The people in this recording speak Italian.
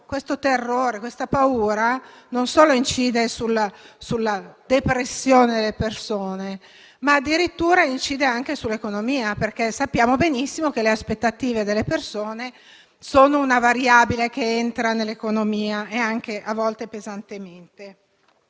questo terrore, ciò incide non solo sulla depressione delle persone, ma addirittura sull'economia, perché sappiamo benissimo che le aspettative delle persone sono una variabile che entra nell'economia, a volte anche pesantemente.